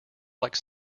like